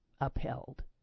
upheld